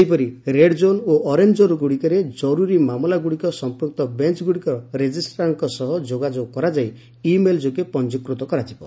ସେହିପରି ରେଡ୍ଜୋନ୍ ଓ ଅରେଞ୍ଜ କୋନ୍ଗୁଡ଼ିକରେ ଜରୁରୀ ମାମଲାଗୁଡ଼ିକ ସମ୍ପୃକ୍ତ ବେଞ୍ଚଗୁଡ଼ିକର ରେଜିଷ୍ଟ୍ରାରଙ୍କ ସହ ଯୋଗାଯୋଗ କରାଯାଇ ଇମେଲ୍ ଯୋଗେ ପଞ୍ଜିକୃତ କରାଯିବ